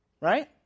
Right